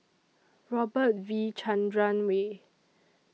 Robert V Chandran Way